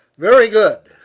very good.